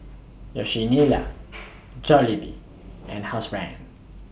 Jollibee and Housebrand